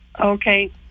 Okay